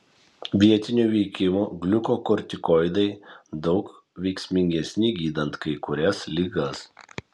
vietinio veikimo gliukokortikoidai daug veiksmingesni gydant kai kurias ligas